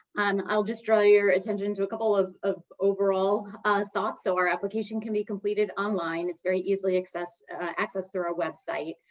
um i'll just draw your attention to a couple of of overall thoughts. so our application can be completed online. it's very easily accessed accessed through our website.